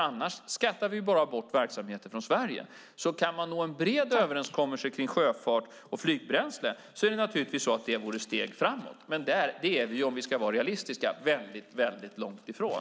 Annars skattar vi bara bort verksamheter från Sverige. Skulle man kunna nå en bred överenskommelse kring sjöfarts och flygbränsle vore det naturligtvis ett steg framåt. Det är vi ju, om vi ska vara realistiska, väldigt långt ifrån.